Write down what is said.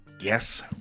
Yes